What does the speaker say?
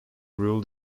ruled